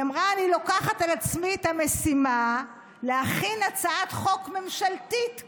היא אמרה: אני לוקחת על עצמי את המשימה להכין הצעת חוק ממשלתית כזאת.